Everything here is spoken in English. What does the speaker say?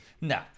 No